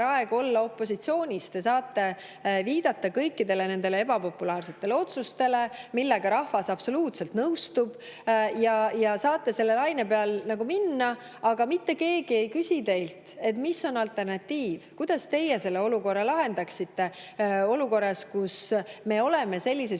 aeg olla opositsioonis. Te saate viidata kõikidele nendele ebapopulaarsetele otsustele, millega rahvas absoluutselt nõustub, ja saate selle laine peal minna, aga mitte keegi ei küsi teilt, et mis on alternatiiv, kuidas teie selle olukorra lahendaksite. Olukorras, kus me oleme sellises